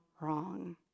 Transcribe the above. wrong